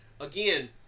Again